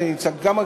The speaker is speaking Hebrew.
גם,